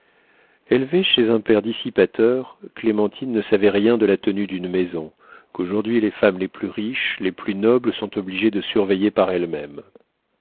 élevée chez un père dissipateur clémentine ne savait rien de la tenue d'une maison qu'aujourd'hui les femmes les plus riches les plus nobles sont obligées de surveiller par elles-mêmes